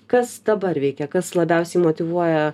kas dabar veikia kas labiausiai motyvuoja